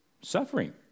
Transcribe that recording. suffering